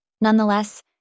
Nonetheless